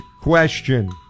question